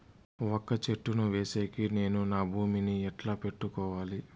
వక్క చెట్టును వేసేకి నేను నా భూమి ని ఎట్లా పెట్టుకోవాలి?